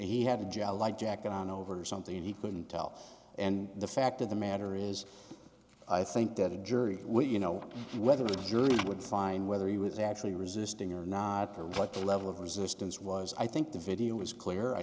he had a july jacket on over something and he couldn't tell and the fact of the matter is i think that the jury would you know whether the jury would find whether he was actually resisting or not or what the level of resistance was i think the video was clear i